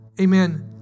Amen